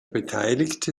beteiligte